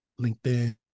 LinkedIn